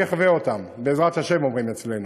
אני אחווה אותם, בעזרת השם, אומרים אצלנו.